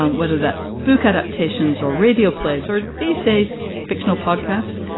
um whether that's book adaptations or radio plays or these days, fictional podcasts.